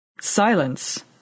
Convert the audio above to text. Silence